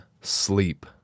sleep